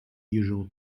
usual